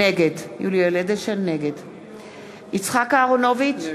נגד יצחק אהרונוביץ,